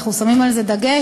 אנחנו שמים על זה דגש,